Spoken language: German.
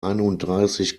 einunddreißig